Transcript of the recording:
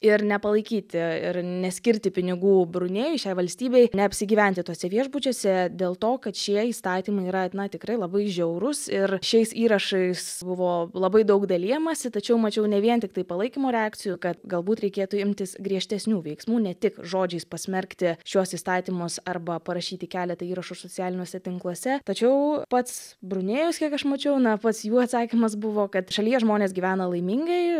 ir nepalaikyti ir neskirti pinigų brunėjui šiai valstybei neapsigyventi tuose viešbučiuose dėl to kad šie įstatymai yra na tikrai labai žiaurūs ir šiais įrašais buvo labai daug dalijamasi tačiau mačiau ne vien tiktai palaikymo reakcijų kad galbūt reikėtų imtis griežtesnių veiksmų ne tik žodžiais pasmerkti šiuos įstatymus arba parašyti keletą įrašų socialiniuose tinkluose tačiau pats brunėjus kiek aš mačiau na pats jų atsakymas buvo kad šalyje žmonės gyvena laimingai